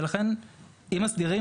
ולכן אם מסדירים,